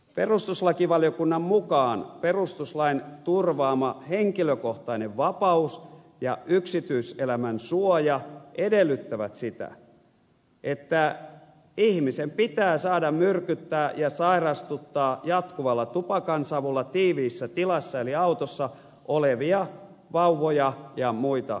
perustuslakivaliokunnan mukaan perustuslain turvaama henkilökohtainen vapaus ja yksityiselämän suoja edellyttävät sitä että ihmisen pitää saada myrkyttää ja sairastuttaa jatkuvalla tupakansavulla tiiviissä tilassa eli autossa olevia vauvoja ja muita lapsia